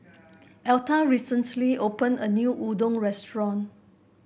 Etta recently open a new Udon Restaurant